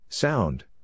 Sound